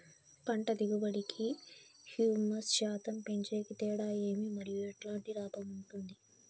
పంట దిగుబడి కి, హ్యూమస్ శాతం పెంచేకి తేడా ఏమి? మరియు ఎట్లాంటి లాభం ఉంటుంది?